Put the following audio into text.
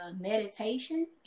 meditation